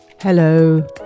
Hello